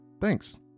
Thanks